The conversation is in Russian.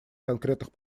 конкретных